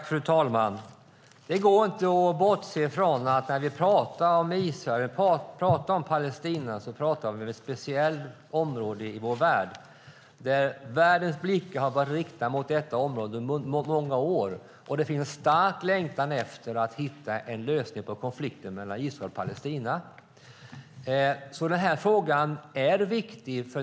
Fru talman! Det går inte att bortse från att när vi pratar om Israel och Palestina pratar vi om ett speciellt område i vår värld. Världens blickar har varit riktade mot detta område i många år, och det finns en stark längtan efter att hitta en lösning på konflikten mellan Israel och Palestina. Därför är den här frågan viktig.